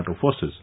forces